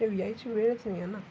ते यायची वेळच नाही आहेना ना